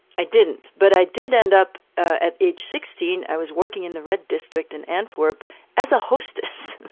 i didn't. but i did end up at age sixteen i was working in the red district in antwerp as a hostess.